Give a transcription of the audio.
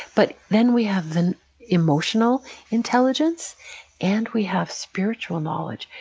but then we have the emotional intelligence and we have spiritual knowledge,